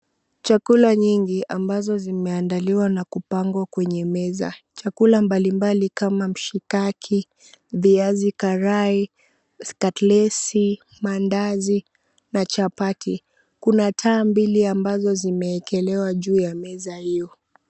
Chakula nyingi ambazo zimeandaliwa na kupangwa kwenye meza. Chakula mbalimbali kama mshikaki, viazi karai, katlesi, maandazi na chapati. Kuna taa mbili ambazo zimeekelewa juu ya meza hiyo.